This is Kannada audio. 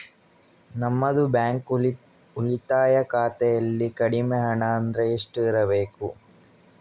ನಮ್ಮದು ಬ್ಯಾಂಕ್ ಉಳಿತಾಯ ಖಾತೆಯಲ್ಲಿ ಕಡಿಮೆ ಹಣ ಅಂದ್ರೆ ಎಷ್ಟು ಇರಬೇಕು?